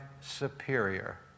superior